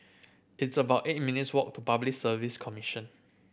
it's about eight minutes' walk to Public Service Commission